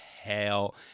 Hell